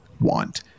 want